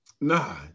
Nah